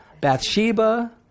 Bathsheba